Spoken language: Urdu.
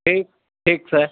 ٹھیک ٹھیک سر